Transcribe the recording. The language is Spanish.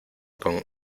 con